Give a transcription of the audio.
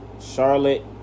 Charlotte